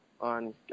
on